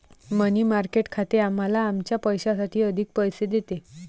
मनी market खाते आम्हाला आमच्या पैशासाठी अधिक पैसे देते